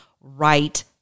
right